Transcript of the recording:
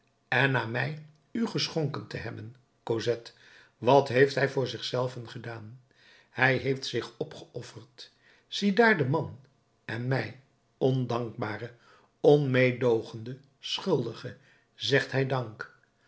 en na mij u geschonken te hebben cosette wat heeft hij voor zich zelven gedaan hij heeft zich opgeofferd ziedaar den man en mij ondankbare onmeedoogende schuldige zegt hij dank